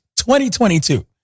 2022